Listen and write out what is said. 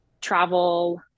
travel